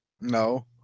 no